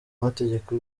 amategeko